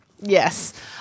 Yes